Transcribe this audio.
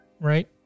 Right